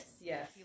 Yes